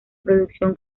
producción